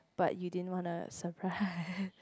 but you didn't wanna surprise